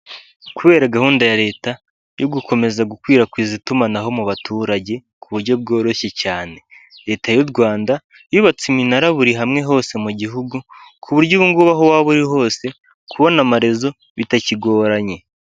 Kubera gahunda ya leta yo gukomeza gukwirakwiza itumanaho mu baturage ku buryo bworoshye cyane leta y'u Rwanda yubatse iminara buri hamwe hose mu gihugu ku buryo ubungubu aho waba uri hose kubona amarezo bitakigoranye.